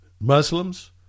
Muslims